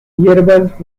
hierbas